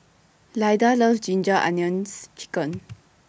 Lyda loves Ginger Onions Chicken